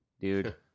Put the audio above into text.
Dude